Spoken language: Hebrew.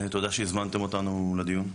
תודה שהזמנתם אותנו לדיון.